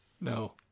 no